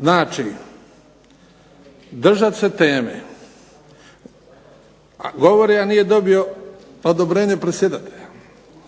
Znači držati se teme, govori a nije dobio odobrenje predsjedatelja,